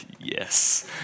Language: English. yes